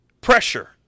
pressure